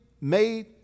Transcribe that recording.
made